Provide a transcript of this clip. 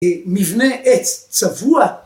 מבנה עץ צבוע